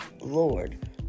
Lord